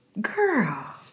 Girl